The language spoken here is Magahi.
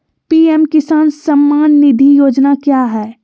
पी.एम किसान सम्मान निधि योजना क्या है?